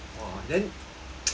oh then